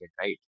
right